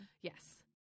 Yes